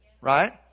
Right